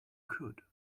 could